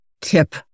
tip